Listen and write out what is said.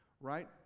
Right